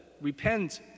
repent